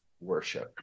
worship